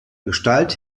gestalt